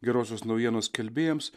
gerosios naujienos skelbėjams